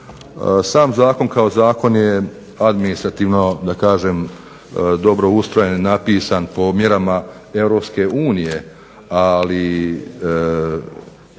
Sam zakon kao zakon je administrativno da kažem dobro ustrojen, napisan po mjerama Europske